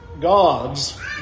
God's